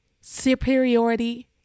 superiority